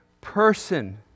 person